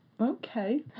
Okay